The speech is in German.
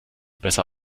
besser